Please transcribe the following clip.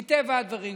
מטבע הדברים.